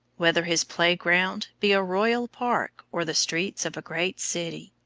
whether his play-ground be a royal park or the streets of a great city.